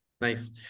Nice